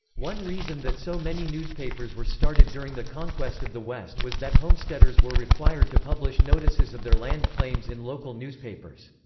one reason that so many newspapers were started during the conquest of the west was that homesteaders were required to publish notices of their land claims in local newspapers.